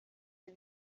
del